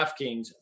DraftKings